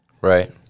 Right